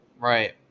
Right